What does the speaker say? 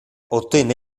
ottenne